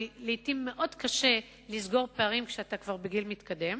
כי לעתים קשה מאוד לסגור פערים כשאתה כבר בגיל מתקדם.